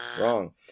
wrong